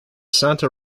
santa